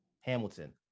Hamilton